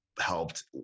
helped